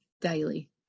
daily